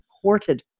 supported